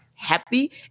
Happy